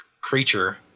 creature